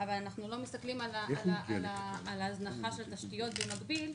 אבל אנחנו לא מסתכלים על ההזנחה של התשתיות במקביל,